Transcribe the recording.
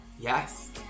Yes